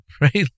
right